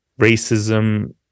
racism